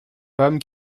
femmes